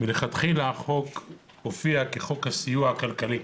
מלכתחילה החוק הופיע כחוק הסיוע הכלכלי,